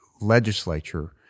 legislature